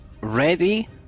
ready